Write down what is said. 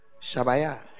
Shabaya